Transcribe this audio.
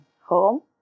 home